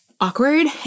awkward